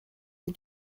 les